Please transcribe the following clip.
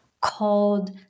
called